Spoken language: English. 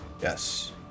Yes